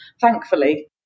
thankfully